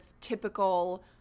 typical